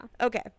okay